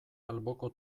alboko